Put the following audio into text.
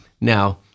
Now